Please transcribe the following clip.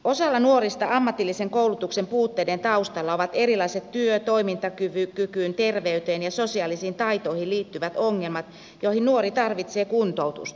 osalla nuorista ammatillisen koulutuksen puutteiden taustalla ovat erilaiset työ ja toimintakykyyn terveyteen ja sosiaalisiin taitoihin liittyvät ongelmat joihin nuori tarvitsee kuntoutusta